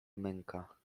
męka